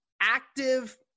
active